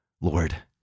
Lord